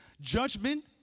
judgment